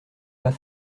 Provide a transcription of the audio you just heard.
pas